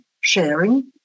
sharing